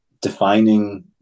defining